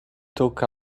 took